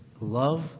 love